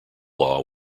law